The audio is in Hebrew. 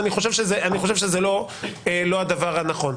ואני חושב שזה לא הדבר הנכון.